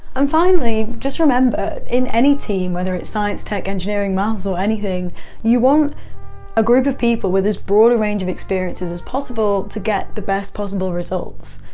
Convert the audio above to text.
um finally just remember in any team, whether it's science, tech, engineering, maths or anything you want a group of people with as broad a range of experiences as possible to get the best possible results.